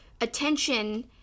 attention